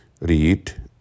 read